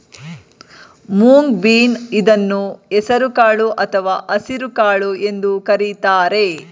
moong bean ಇದನ್ನು ಹೆಸರು ಕಾಳು ಅಥವಾ ಹಸಿರುಕಾಳು ಎಂದು ಕರಿತಾರೆ